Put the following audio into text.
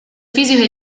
fisico